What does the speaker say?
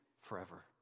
forever